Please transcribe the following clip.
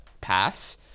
pass